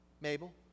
Mabel